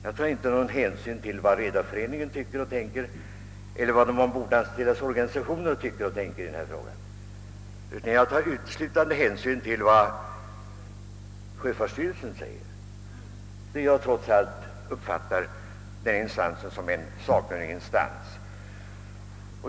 Jag tar inte hänsyn till vad vare sig Redareföreningen eller de ombordanställdas organisationer tycker och tänker i denna fråga, utan jag tar hänsyn uteslutande till vad sjöfartsstyrelsen uttalar, eftersom jag uppfattar den instansen som sakkunnig.